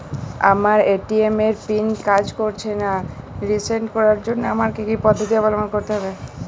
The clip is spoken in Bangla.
আমার এ.টি.এম এর পিন কাজ করছে না রিসেট করার জন্য আমায় কী কী পদ্ধতি অবলম্বন করতে হবে?